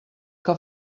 que